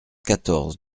quatorze